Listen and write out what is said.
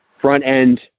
front-end